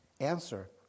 answer